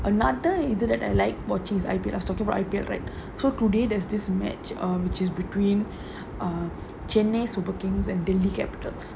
another இதுல:ithula I like watching I_P_L I talk about I_P_L so today there's this match which is between chennai super kings and delhi capitals